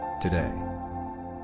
today